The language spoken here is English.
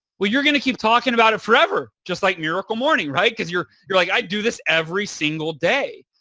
well, you're going to keep talking about it forever just like miracle morning, right? because you're you're like, i do this every single day.